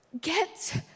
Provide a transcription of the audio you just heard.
get